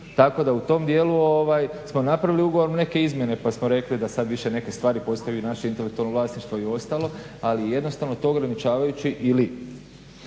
Tako da u tom dijelu smo napravili ugovor i neke izmjene pa smo rekli da sada više neke stvari postaju naše intelektualno vlasništvo i ostalo ali jednostavno to ograničavajući ili